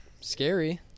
scary